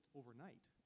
overnight